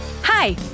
Hi